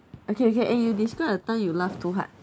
okay K and you describe a time you laugh too hard